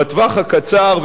בטווח הקצר,